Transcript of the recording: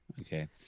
okay